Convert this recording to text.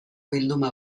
bilduma